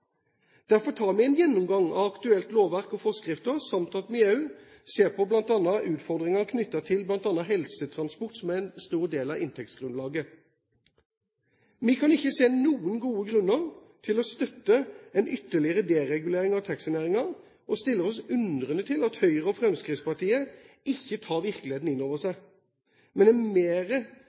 Derfor tar vi en gjennomgang av aktuelt lovverk og forskrifter samt at vi også ser på utfordringer knyttet til bl.a. helsetransport, som er en stor del av inntektsgrunnlaget. Vi kan ikke se noen gode grunner til å støtte en ytterligere deregulering av taxinæringen og stiller oss undrende til at Høyre og Fremskrittspartiet ikke tar virkeligheten inn over seg, men er